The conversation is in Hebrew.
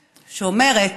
שאומר: